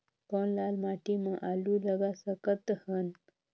कौन लाल माटी म आलू लगा सकत हन?